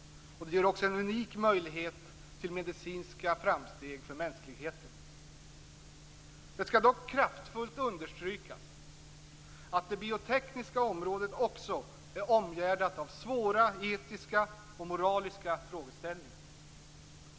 Det ger också en unik möjlighet till medicinska framsteg för mänskligheten. Det skall dock kraftfullt understrykas att det biotekniska området också är omgärdat av svåra etiska och moraliska frågeställningar.